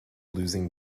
losing